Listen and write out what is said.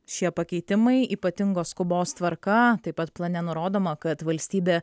šie pakeitimai ypatingos skubos tvarka taip pat plane nurodoma kad valstybė